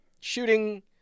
shooting